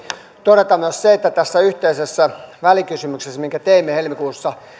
todeta myös se että tässä yhteisessä välikysymyksessä minkä teimme helmikuussa